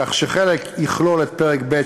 כך שחלק יכלול את פרק ב',